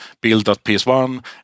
build.ps1